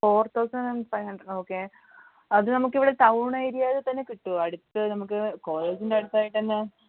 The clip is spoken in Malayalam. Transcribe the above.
four thousand and five hundred okay അത് നമുക്ക് ഇവിടെ ടൗൺ ഏരിയായിൽ തന്നെ കിട്ടുമോ അടുത്ത് നമുക്ക് കോളേജിൻ്റെ അടുത്തായിട്ട് തന്നെ